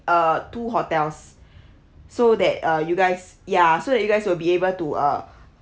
uh two hotels so that uh you guys ya so that you guys will be able to uh